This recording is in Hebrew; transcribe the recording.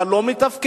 אבל הוא לא מתפקד.